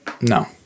No